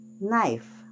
Knife